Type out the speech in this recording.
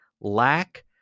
lack